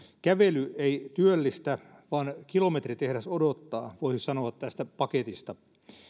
kävely ei työllistä vaan kilometritehdas odottaa voisi sanoa tästä paketista